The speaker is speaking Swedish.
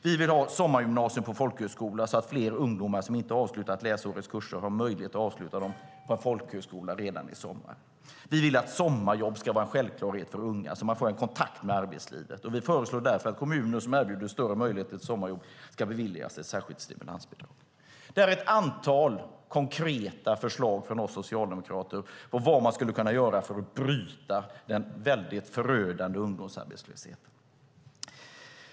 Vi vill ha sommargymnasium på folkhögskola så att fler ungdomar som inte har avslutat läsårets kurser har möjlighet att avsluta dem på en folkhögskola redan i sommar. Vi vill att sommarjobb ska vara en självklarhet för unga så att man får en kontakt med arbetslivet. Vi föreslår därför att kommuner som erbjuder större möjligheter till sommarjobb ska beviljas ett särskilt stimulansbidrag. Det här är ett antal konkreta förslag från oss socialdemokrater på vad man skulle kunna göra för att bryta den förödande ungdomsarbetslösheten.